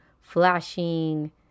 flashing